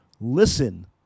listen